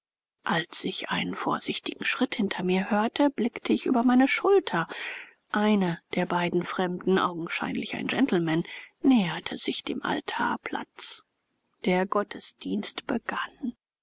als ich einen vorsichtigen schritt hinter mir hörte blickte ich über meine schulter einer der beiden fremden augenscheinlich ein gentleman näherte sich dem altarplatz der gottesdienst begann